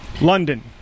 London